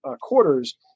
quarters